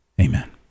Amen